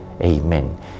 Amen